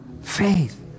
faith